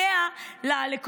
יותר מהתושבים.